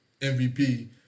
MVP